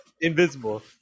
invisible